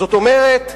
זאת אומרת,